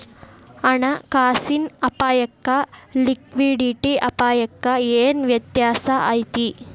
ಹಣ ಕಾಸಿನ್ ಅಪ್ಪಾಯಕ್ಕ ಲಿಕ್ವಿಡಿಟಿ ಅಪಾಯಕ್ಕ ಏನ್ ವ್ಯತ್ಯಾಸಾ ಐತಿ?